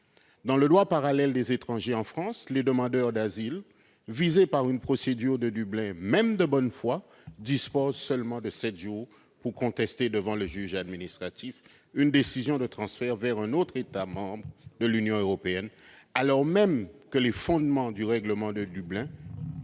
Dans le droit parallèle des étrangers en France, les demandeurs d'asile visés par une procédure Dublin, même s'ils sont de bonne foi, disposent seulement de sept jours pour contester devant le juge administratif une décision de transfert vers un autre État membre de l'Union européenne, alors même que les fondements du règlement de Dublin